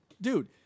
dude